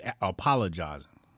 apologizing